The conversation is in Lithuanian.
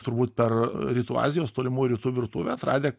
turbūt per rytų azijos tolimų rytų virtuvę atradę